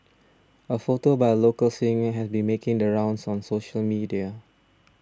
a photo by a local singer has been making the rounds on social media